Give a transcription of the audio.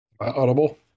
audible